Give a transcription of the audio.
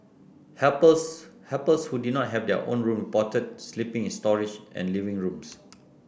helpers helpers who did not have their own room reported sleeping in storage and living rooms